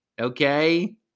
okay